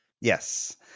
Yes